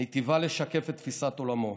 מיטיבה לשקף את תפיסת עולמו.